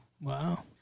Wow